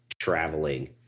traveling